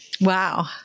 Wow